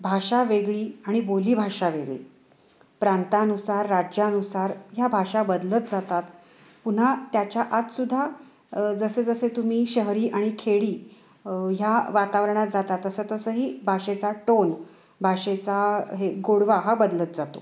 भाषा वेगळी आणि बोलीभाषा वेगळी प्रांतानुसार राज्यानुसार ह्या भाषा बदलत जातात पुन्हा त्याच्या आत सुद्धा जसे जसे तुम्ही शहरी आणि खेडी ह्या वातावरणात जाता तसं तसंही भाषेचा टोन भाषेचा हे गोडवा हा बदलत जातो